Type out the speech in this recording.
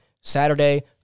Saturday